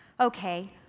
Okay